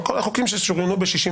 כל החוקים ששוריינו ב-61